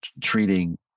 treating